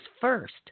first